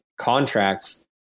contracts